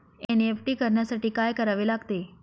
NEFT करण्यासाठी काय करावे लागते?